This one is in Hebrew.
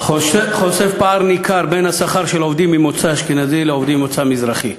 חושף פער ניכר בין השכר של עובדים ממוצא אשכנזי ועובדים ממוצא מזרחי.